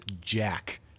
Jack